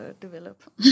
develop